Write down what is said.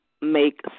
make